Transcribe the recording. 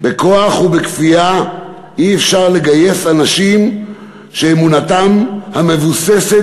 בכוח ובכפייה אי-אפשר לגייס אנשים שאמונתם המבוססת